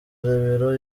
rebero